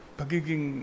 pagiging